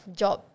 job